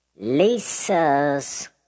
Lisa's